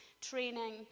training